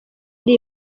ari